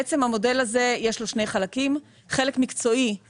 יש למודל הזה שני חלקים: חלק מקצועי-כלכלי,